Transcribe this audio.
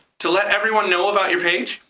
to let everyone know about your page,